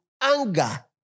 anger